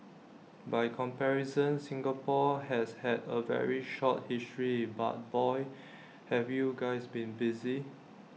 by comparison Singapore has had A very short history but boy have you guys been busy